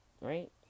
right